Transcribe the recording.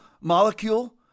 molecule